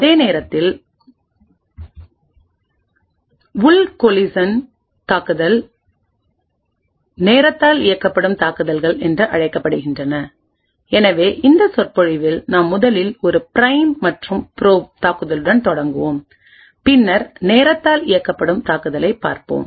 அதே நேரத்தில் உள் கோலிசன் தாக்குதல்கள் நேரத்தால் இயக்கப்படும் தாக்குதல்கள் என்று அழைக்கப்படுகின்றன எனவே இந்த சொற்பொழிவில் நாம் முதலில் ஒரு பிரைம் மற்றும் ப்ரோப் தாக்குதலுடன் தொடங்குவோம் பின்னர் நேரத்தால் இயக்கப்படும் தாக்குதலைப் பார்ப்போம்